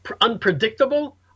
unpredictable